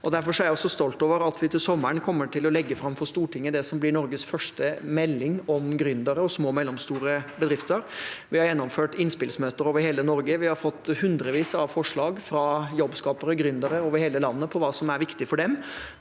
Derfor er jeg også stolt over at vi til sommeren kommer til å legge fram for Stortinget det som blir Norges første melding om gründere og små og mellomstore bedrifter. Vi har gjennomført innspillsmøter over hele Norge. Vi har fått hundrevis av forslag fra jobbskapere og gründere over hele landet på hva som er viktig for dem,